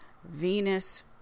Venus